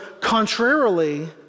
contrarily